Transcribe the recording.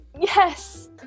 Yes